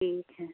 ठीक है